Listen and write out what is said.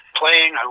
playing